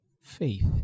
faith